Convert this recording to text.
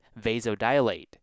vasodilate